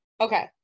Okay